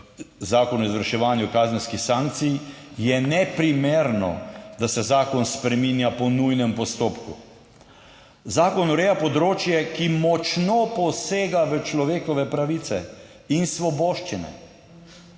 Zakonu o izvrševanju kazenskih sankcij, je neprimerno, da se zakon spreminja po nujnem postopku. Zakon ureja področje, ki močno posega v človekove pravice in svoboščine".